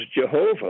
Jehovah